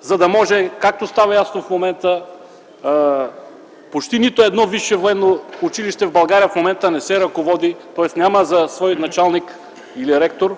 за да може, както става ясно в момента, почти нито едно висше военно училище в България в момента да не се ръководи, тоест да няма за свой началник или ректор